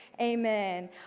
amen